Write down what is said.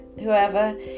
whoever